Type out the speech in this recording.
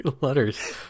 letters